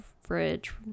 fridge